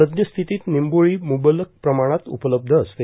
सध्यस्थीतीत निंबोळी म्बलक प्रमाणात उपलब्ध असते